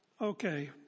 Okay